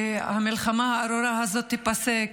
שהמלחמה הארורה הזאת תיפסק,